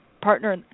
partner